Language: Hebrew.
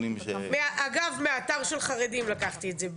אגב מאתר של חרדים לקחתי את זה.